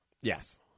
Yes